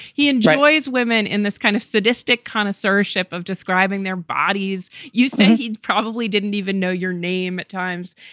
he enjoys women in this kind of sadistic connoisseurship of describing their bodies. you think he probably didn't even know your name at times.